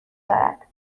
دارد